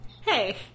Hey